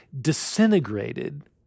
disintegrated